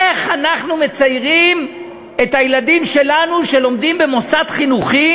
איך אנחנו מציירים את הילדים שלנו שלומדים במוסד חינוכי